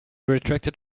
retracted